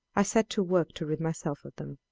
i set to work to rid myself of them.